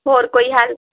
ਹੋਰ ਕੋਈ ਹੈਲਪ